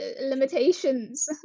limitations